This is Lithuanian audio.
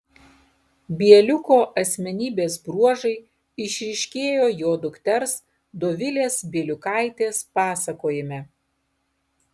bieliuko asmenybės bruožai išryškėjo jo dukters dovilės bieliukaitės pasakojime